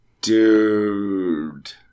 dude